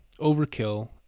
overkill